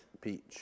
peach